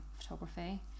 photography